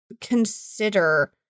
consider